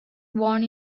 born